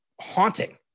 haunting